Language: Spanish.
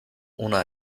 una